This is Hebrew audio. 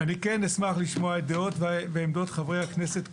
אני כן אשמח לשמוע את דעות ועמדות חברי הכנסת כולם,